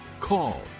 call